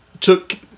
took